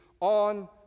on